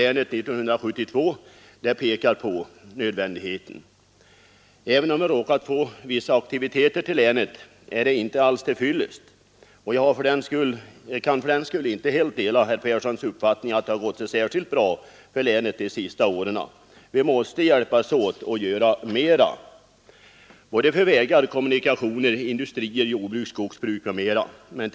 Även om vi råkar få vissa aktiviteter till länet är det inte alls till fyllest. Jag kan fördenskull inte helt dela herr Perssons uppfattning att det har gått så särskilt bra för länet de senaste åren. Vi måste hjälpas åt och göra mera för vägar, andra kommunikationer, industrier, jordbruk, skogsbruk m.m.